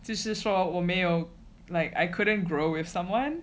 就是说我没有 like I couldn't grow if someone